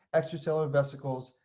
extracellular vesicles,